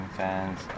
fans